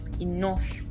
enough